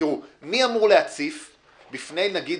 שמשרד החינוך העביר בעבר מקדמות של 50% בבניית